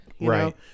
right